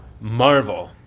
Marvel